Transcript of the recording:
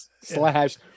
slash